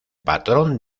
patrón